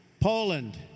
Poland